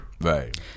right